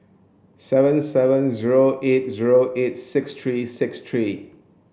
seven seven zero eight zero eight six three six three